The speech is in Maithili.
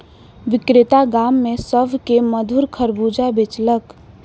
विक्रेता गाम में सभ के मधुर खरबूजा बेचलक